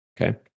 okay